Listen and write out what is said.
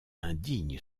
indigne